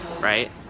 right